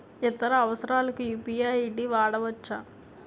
ఇతర అవసరాలకు UPI ID వాడవచ్చా?